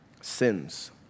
sins